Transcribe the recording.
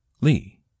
Lee